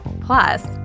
Plus